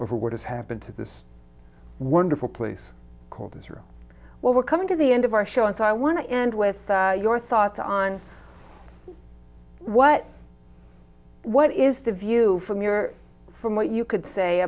over what has happened to this wonderful place called israel well we're coming to the end of our show and so i want to end with that your thoughts on what what is the view from your from what you could say